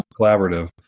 collaborative